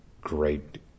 great